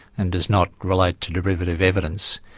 and does not relate to derivative evidence.